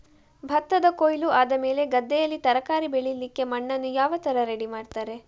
ಭತ್ತದ ಕೊಯ್ಲು ಆದಮೇಲೆ ಗದ್ದೆಯಲ್ಲಿ ತರಕಾರಿ ಬೆಳಿಲಿಕ್ಕೆ ಮಣ್ಣನ್ನು ಯಾವ ತರ ರೆಡಿ ಮಾಡ್ತಾರೆ?